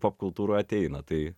popkultūroj ateina tai